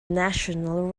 national